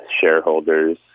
shareholders